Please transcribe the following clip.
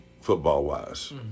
football-wise